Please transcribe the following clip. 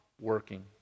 working